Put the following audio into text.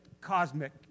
cosmic